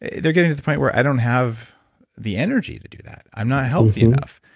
they're getting to the point where, i don't have the energy to do that i'm not healthy enough.